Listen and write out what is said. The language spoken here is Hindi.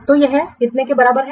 तो यह कितना के बराबर है